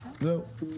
זהו.